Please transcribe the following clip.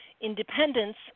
Independence